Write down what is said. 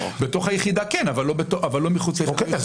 בתוך היחידה כן אבל לא מחוץ ליחידות --- אני